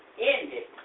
ended